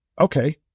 Okay